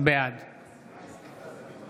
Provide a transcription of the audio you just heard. בעד